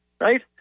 right